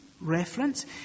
reference